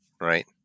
right